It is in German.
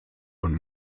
und